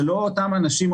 זו לא אותם אנשים,